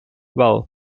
wel